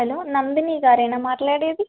hello Nandini గారేనా మాట్లాడేది